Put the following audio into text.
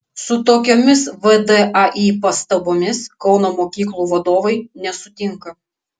su tokiomis vdai pastabomis kauno mokyklų vadovai nesutinka